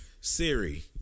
Siri